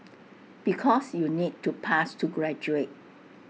because you need to pass to graduate